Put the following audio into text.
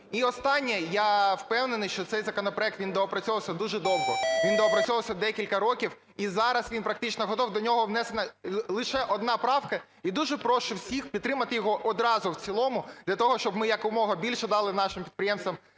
І останнє. Я впевнений, що цей законопроект, він доопрацьовувався дуже довго. Він доопрацьовувався декілька років і зараз він практично готовий. До нього внесена лише одна правка. І дуже прошу всіх підтримати його одразу в цілому для того, щоб ми якомога більше дали нашим підприємствам